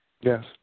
Yes